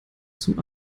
zum